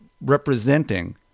representing